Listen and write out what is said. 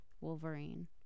Wolverine